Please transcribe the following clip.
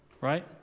Right